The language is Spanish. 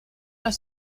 los